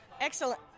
Excellent